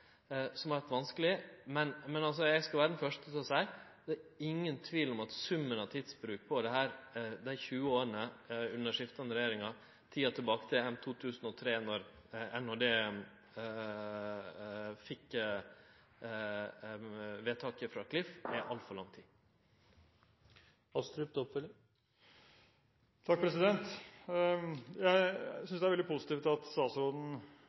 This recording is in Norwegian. som har vore vanskelege. Men eg skal vere den første til å seie at det er ingen tvil om at summen av tidsbruken på dette her – dei 20 åra under skiftande regjeringar, tida tilbake til 2003, då NHD fekk vedtaket frå Klif – tilseier at det er brukt altfor lang tid. Jeg synes det er veldig positivt at statsråden